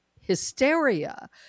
hysteria